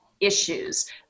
issues